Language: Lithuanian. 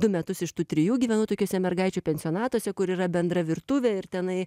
du metus iš tų trijų gyvenu tokiuose mergaičių pensionatuose kur yra bendra virtuvė ir tenai